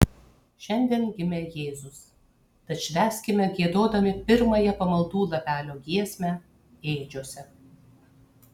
šiandien gimė jėzus tad švęskime giedodami pirmąją pamaldų lapelio giesmę ėdžiose